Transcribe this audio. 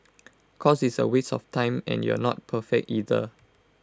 cause it's A waste of time and you're not perfect either